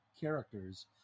characters